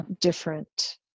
Different